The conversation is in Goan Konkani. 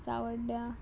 सांवड्ड्या